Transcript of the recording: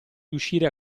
riuscire